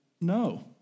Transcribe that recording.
No